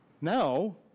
Now